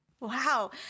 Wow